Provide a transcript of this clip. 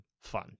fun